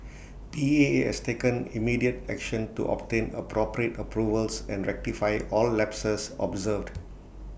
P A has taken immediate action to obtain appropriate approvals and rectify all lapses observed